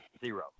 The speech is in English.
zero